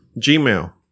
Gmail